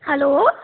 hello